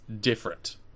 different